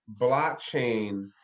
blockchain